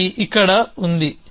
ఇది ఇక్కడ ఉంది